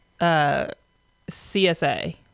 CSA